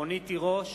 רונית תירוש,